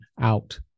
out